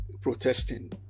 protesting